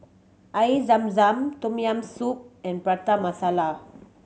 Air Zam Zam Tom Yam Soup and Prata Masala